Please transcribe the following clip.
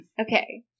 Okay